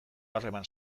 harreman